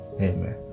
Amen